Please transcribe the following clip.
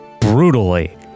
brutally